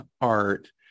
art